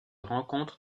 rencontre